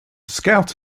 scout